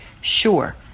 sure